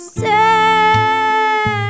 say